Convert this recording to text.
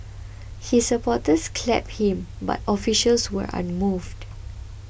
his supporters clapped him but officials were unmoved